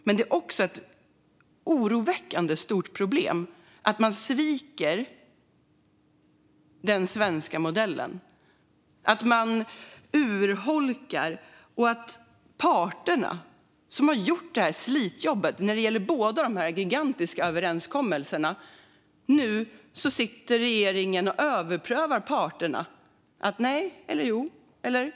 Men det är också ett oroväckande stort problem att man sviker den svenska modellen och urholkar den. Det är parterna som har gjort slitjobbet när det gäller båda dessa gigantiska överenskommelser, och nu sitter regeringen och överprövar parterna. Man säger nej, eller jo - eller vad?